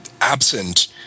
absent